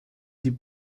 die